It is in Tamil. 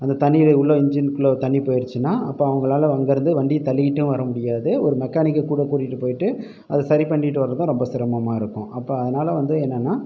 அந்த தண்ணியில் உள்ளே இன்ஜினுகுள்ளே தண்ணி போயிடிச்சுன்னா அப்போ அவங்களால் அங்கிருந்து வண்டியை தள்ளிக்கிட்டும் வர முடியாது ஒரு மெக்கானிக்கை கூட கூட்டிகிட்டு போயிட்டு அதை சரி பண்ணிட்டு வரதும் ரொம்ப சிரமமாக இருக்கும் அப்போ அதனால் வந்து என்னனா